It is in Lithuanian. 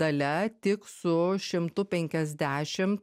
dalia tik su šimtu penkiasdešim